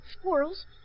Squirrels